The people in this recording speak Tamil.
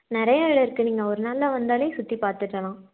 நிறையா இடம் இருக்கு நீங்கள் ஒரு நாளில் வந்தாலே சுற்றி பார்த்துக்கலாம்